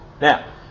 Now